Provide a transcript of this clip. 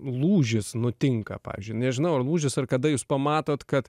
lūžis nutinka pavyzdžiui nežinau ar lūžis ar kada jūs pamatot kad